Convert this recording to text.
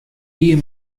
hie